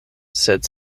sed